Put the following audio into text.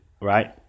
right